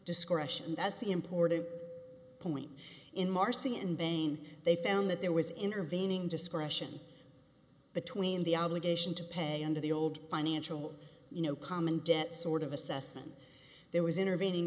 discretion that's the important point in marching in vain they found that there was intervening discretion between the obligation to pay under the old financial you know common debt sort of assessment there was intervening